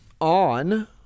on